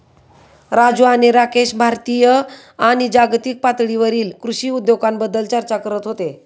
राजू आणि राकेश भारतीय आणि जागतिक पातळीवरील कृषी उद्योगाबद्दल चर्चा करत होते